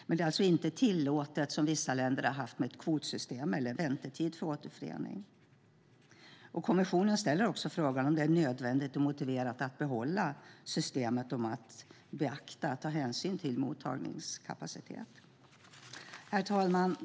Men det är alltså inte tillåtet med kvotsystem eller väntetid för återförening, som vissa länder har haft. Kommissionen ställer också frågan om det är nödvändigt och motiverat att behålla systemet om att ta hänsyn till mottagningskapacitet. Herr talman!